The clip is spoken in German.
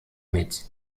mit